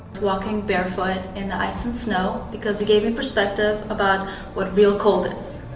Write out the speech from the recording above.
walking barefoot in the ice and snow, because it gave me perspective about what real cold is.